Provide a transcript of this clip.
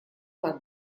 так